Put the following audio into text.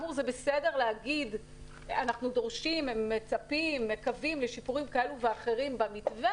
זה בסדר להגיד שיש דרישות וציפיות ממתווה,